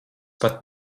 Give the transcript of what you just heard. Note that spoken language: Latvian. pat